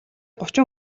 гучин